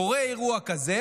קורה אירוע כזה,